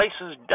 places